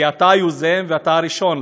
כי אתה היוזם ואתה הראשון.